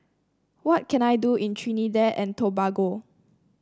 what can I do in Trinidad and Tobago